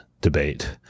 debate